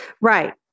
Right